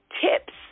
tips